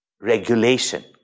regulation